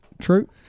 True